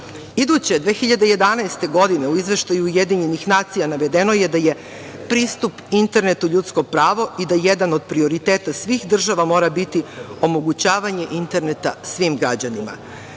Iduće 2011. godine u izveštaju UN navedeno je da je pristup internetu ljudsko pravo i da jedan od prioriteta svih država mora biti omogućavanje interneta svim građanima. Projekat